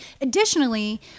Additionally